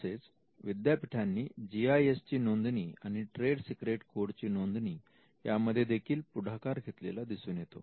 तसेच विद्यापीठांनी G I S ची नोंदणी आणि ट्रेड सिक्रेट कोड ची नोंदणी यामध्ये देखील पुढाकार घेतलेला दिसून येतो